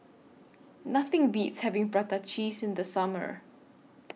Nothing Beats having Prata Cheese in The Summer